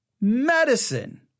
medicine